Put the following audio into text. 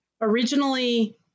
originally